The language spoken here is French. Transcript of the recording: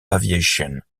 aviation